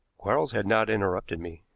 quarles had not interrupted me.